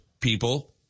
people